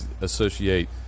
associate